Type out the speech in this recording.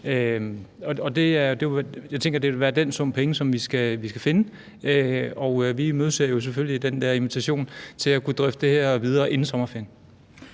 det skal være den sum penge, vi skal finde. Vi imødeser selvfølgelig at få den invitation til at kunne drøfte det her videre inden sommerferien.